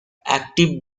active